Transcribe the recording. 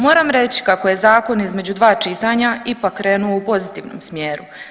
Moram reći kako je zakon između dva čitanja ipak krenuo u pozitivnom smjeru.